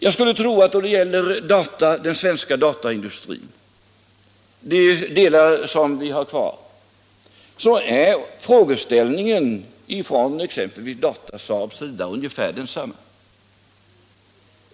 Jag skulle tro att då det gäller de delar av den svenska dataindustrin som vi har kvar är frågeställningen för exempelvis Datasaab ungefär densamma.